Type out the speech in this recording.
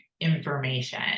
information